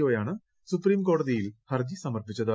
ഒയാണ് സുപ്രീംകോടതിയിൽ ഹർജി സമർപ്പിച്ചത്